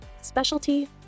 Specialty